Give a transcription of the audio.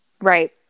Right